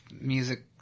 music